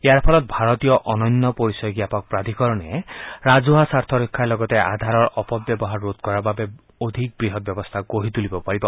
ইয়াৰ ফলত ভাৰতীয় অনন্য পৰিচয় জ্ঞাপক প্ৰাধিকৰণে ৰাজহুৱা স্বাৰ্থ ৰক্ষাৰ লগতে আধাৰৰ অপব্যৱহাৰ ৰোধ কৰাৰ বাবে অধিক বৃহৎ ব্যৱস্থা গঢ়ি তুলিব পাৰিব